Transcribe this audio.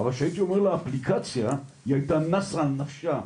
אבל שהייתי מדבר איתה על אפליקציה היא הייתה נסה על נפשה,